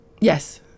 Yes